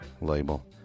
label